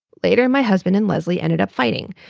later, my husband and leslie ended up fighting.